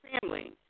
family